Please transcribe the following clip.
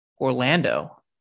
Orlando